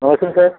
नमस्ते सर